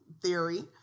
theory